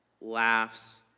laughs